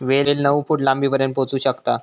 वेल नऊ फूट लांबीपर्यंत पोहोचू शकता